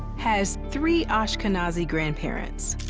has three ashkenazi grandparents.